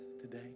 today